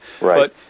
Right